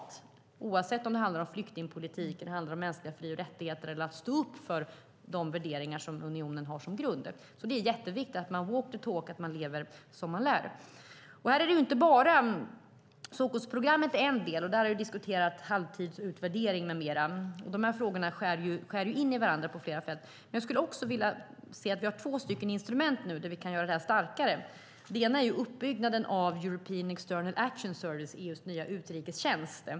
Det gäller oavsett om det handlar om flyktingpolitik, mänskliga fri och rättigheter eller att stå upp för de värderingar som unionen har som grund. Det är viktigt att walk the talk, det vill säga att leva som man lär. Stockholmsprogrammet är en del. Där har vi diskuterat halvtidsutvärdering med mera. Frågorna skär in i varandra på flera fält. Men jag skulle också vilja se att vi har två instrument som kan bli starkare. Det ena instrumentet handlar om uppbyggnaden av European External Action Service, EU:s nya utrikestjänst.